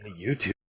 youtube